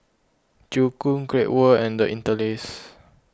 Joo Koon Great World and the Interlace